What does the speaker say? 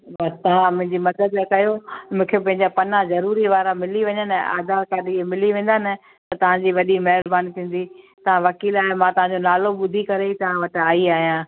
बसि तव्हां मुंहिंजी मदद कयो मूंखे पंहिंजा पन्ना जरूरी वारा मिली वञनि ऐं आधार कार्ड इहे मिली वेंदा न त तव्हांजी वॾी महिरबानी थींदी तव्हां वकील आहियो मां तव्हांजो नालो ॿुधी करे ई तव्हां वटि आई आहियां